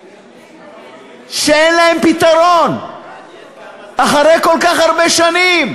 שאין להם פתרון אחרי כל כך הרבה שנים?